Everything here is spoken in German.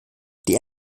die